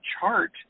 chart